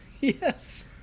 Yes